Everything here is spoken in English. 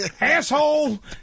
asshole